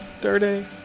Dirty